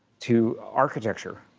to architecture.